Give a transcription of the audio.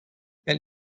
and